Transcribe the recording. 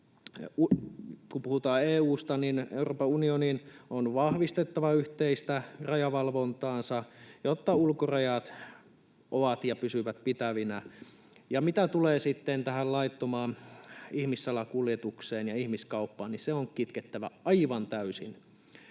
Kun puhutaan EU:sta, niin Euroopan unionin on vahvistettava yhteistä rajavalvontaansa, jotta ulkorajat ovat ja pysyvät pitävinä. Ja mitä tulee sitten tähän laittomaan ihmissalakuljetukseen ja ihmiskauppaan, niin se on kitkettävä aivan täysin.